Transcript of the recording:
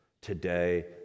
today